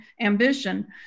ambition